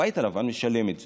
הבית הלבן משלם את זה.